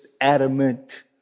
adamant